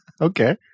Okay